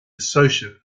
associate